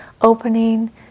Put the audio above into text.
opening